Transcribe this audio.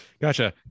Gotcha